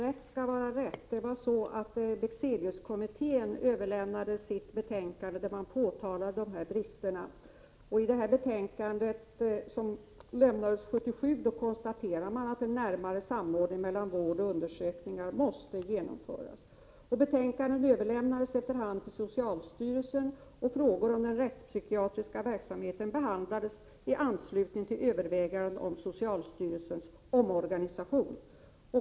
Fru talman! Rätt skall vara rätt. Bexeliuskommittén överlämnade 1977 sitt betänkande där dessa brister påtalades. I betänkandet konstaterades det att en närmare samordning mellan vård och undersökningar måste genomföras. Betänkandena överlämnades efter hand till socialstyrelsen, och frågor om den rättspsykiatriska verksamheten behandlades i anslutning till överväganden om socialstyrelsens omorganisation.